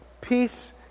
Peace